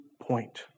point